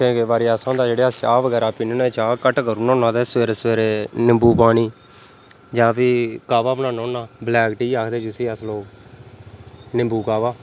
केईं केईं बारी ऐसा होदा जेह्ड़े अस चाह् बगैरा पीन्ने होन्नां चाह् घट्ट करी उड़ना होन्ना ते सवेरे सवेरे निम्बू पानी जां फ्ही काह्वा बनाना होन्ना ब्लैक टी आखदे जिसी अस लोग निम्बू काह्वा